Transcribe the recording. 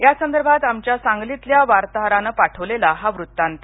यासंदर्भात आमच्या सांगलीतल्या वार्ताहरानं पाठवलेला हा वृत्तांत